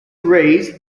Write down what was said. raised